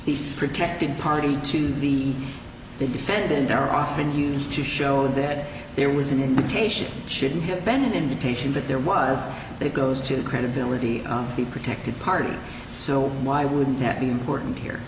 the protected party to the the defendant are often used to show that there was an invitation shouldn't have been an invitation but there was it goes to credibility be protected party so why wouldn't that be important here